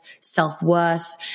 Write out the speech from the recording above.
self-worth